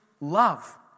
love